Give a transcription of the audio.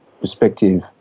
perspective